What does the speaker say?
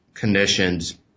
Conditions